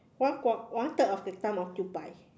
one quarter one third of the thumb occupy